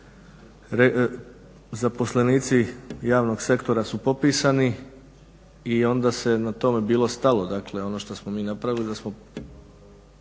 Zaposlenici javnog sektora su popisan i onda se na tome bilo stalo, dakle ono što smo mi napravili je da smo